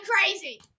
crazy